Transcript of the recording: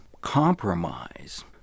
compromise